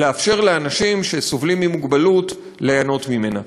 לאפשר לאנשים שסובלים ממוגבלות ליהנות ממנה.